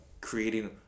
creating